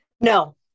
No